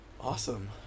awesome